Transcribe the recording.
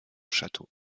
château